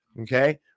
okay